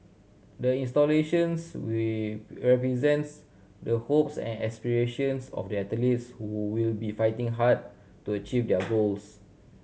the installations will will be represents the hopes and aspirations of the athletes who will be fighting hard to achieve their goals